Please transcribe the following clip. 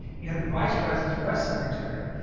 and you had the vice president's press secretary.